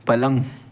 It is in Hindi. पलंग